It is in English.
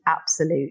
absolute